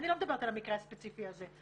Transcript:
אני לא מדברת על המקרה הספציפי הזה.